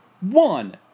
One